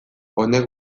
honek